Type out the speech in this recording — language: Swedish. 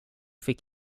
fick